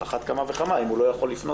על אחת כמה וכמה אם הוא לא יכול לפנות,